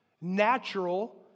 natural